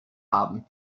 haben